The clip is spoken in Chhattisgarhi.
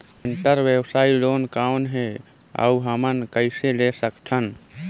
अंतरव्यवसायी लोन कौन हे? अउ हमन कइसे ले सकथन?